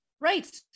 right